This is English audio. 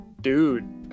Dude